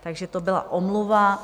Takže to byla omluva.